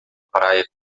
praia